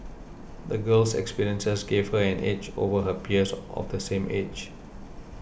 the girl's experiences gave her an edge over her peers of the same age